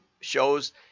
shows